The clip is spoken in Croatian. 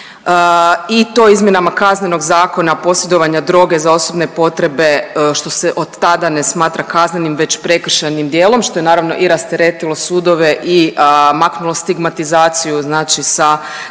i to izmjenama Kaznenog zakona posjedovanja droge za osobne potrebe što se od tada ne smatra kaznenim već prekršajnim djelom, što je naravno i rasteretilo sudove i maknulo stigmatizaciju znači sa samih